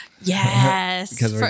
Yes